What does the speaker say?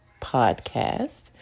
podcast